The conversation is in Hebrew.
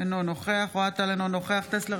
אינו נוכח יאסר חוג'יראת, אינו נוכח